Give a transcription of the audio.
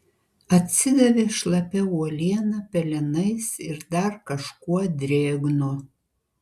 atsidavė šlapia uoliena pelenais ir dar kažkuo drėgnu